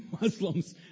Muslims